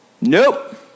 nope